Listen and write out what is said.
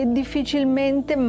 difficilmente